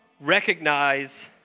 recognize